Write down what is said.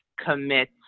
commit